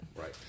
Right